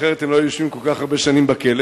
אחרת הם לא היו יושבים כל כך הרבה שנים בכלא.